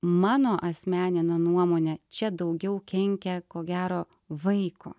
mano asmenine nuomone čia daugiau kenkia ko gero vaiko